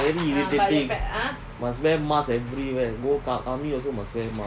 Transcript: very irritating must wear mask everywhere go army also must wear mask